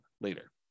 later